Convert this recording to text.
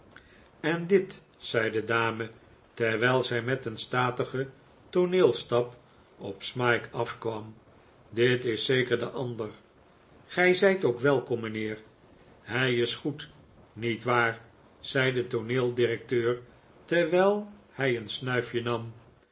en dit zei de dame terwijl zij met een statigen tooneelstap op smike afkwam dit is zeker de ander gij zijt ook welkom mijnheer hij is goed niet waar zei de tooneeldirecteur terwijl hij een snuifje nam